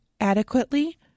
adequately